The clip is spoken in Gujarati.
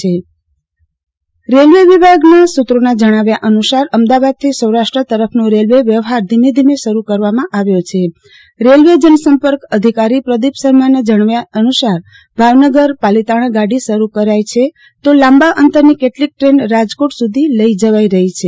આરતી ભદ્દ રેલ્વેની શરૂઆત રેલ્વે વિભાગ ના સુત્રો નાં જણાવ્યા અનુસાર અમદાવાદ થી સૌ રાષ્ટ્ર તરફનો રેલ્વે વ્યવફાર ધીમે ધીમે શરુ કરવામાં આવ્યો છે રેલ્વે જનસંપર્ક અધિકારી પ્રદીપ શર્માનાં જણાવ્યા અનુસાર ભાવનગરપાલીતાણા ગાડી શરૂ કરાઈ છે તો લાંબા અંતર ની કેટલીક ટ્રેનો રાજકોટ સુધી લઇ જવાઇ રહી છે